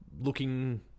looking